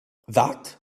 that